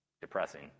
depressing